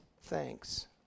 thanks